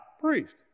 priest